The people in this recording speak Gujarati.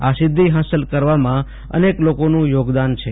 આ સિધ્ધી હાંસલ કરવામં અનેક લોકોનું યોગદાન છે